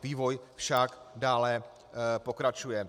Vývoj však dále pokračuje.